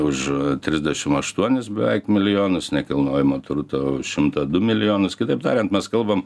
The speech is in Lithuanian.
už trisdešim aštuonis beveik milijonus nekilnojamo turto už šimtą du milijonus kitaip tariant mes kalbam